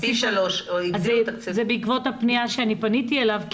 פי 3. זה בעקבות הפניה שפניתי אליו,